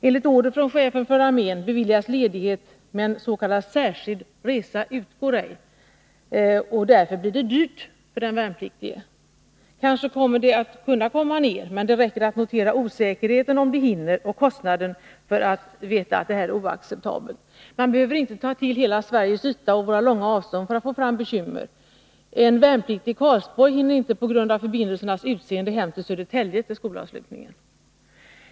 Enligt order från chefen för armén beviljas ledighet men s.k. särskild resa utgår ej. Det blir därför dyrt för de värnpliktiga. Kanske kan de åka ner, men det räcker att notera osäkerheten om de hinner och kostnaden för resan för att konstatera att det är oacceptabelt. Det är inte bara Sveriges yta och våra långa avstånd som skapar bekymmer; en värnpliktig i Karlsborg hinner på grund av förbindelserna inte hem till Södertälje till skolavslutningen.